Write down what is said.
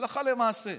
הלכה למעשה.